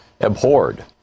abhorred